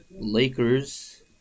Lakers